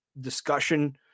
discussion